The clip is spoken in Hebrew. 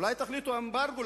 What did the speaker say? אולי תחליטו על אמברגו,